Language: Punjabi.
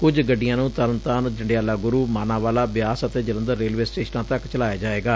ਕੁਝ ਗੱਡੀਆਂ ਨੂੰ ਤਰਨਤਾਰਨ ਜੰਡਿਆਲਾ ਗੁਰ ਮਾਨਾਵਾਲਾ ਬਿਆਸ ਅਤੇ ਜਲੰਧਰ ਰੇਲਵੇ ਸਟੇਸ਼ਨਾਂ ਤੱਕ ਚਲਾਇਆ ਜਾਵੇਗਾ